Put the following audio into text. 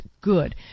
good